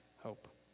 hope